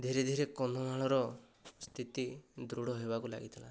ଧୀରେ ଧୀରେ କନ୍ଧମାଳର ସ୍ତିତି ଦୃଢ଼ ହେବାକୁ ଲାଗିଥିଲା